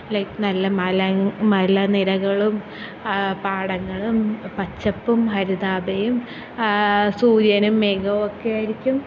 like നല്ല മലങ് മലനിരകളും പാടങ്ങളും പച്ചപ്പും ഹരിതാപയും സൂര്യനും മേഘവും ഒക്കെ ആയിരിക്കും